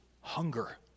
hunger